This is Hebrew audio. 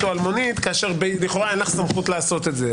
או אלמונית כאשר לכאורה אין לך סמכות לעשות את זה.